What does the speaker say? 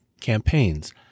Campaigns